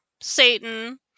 Satan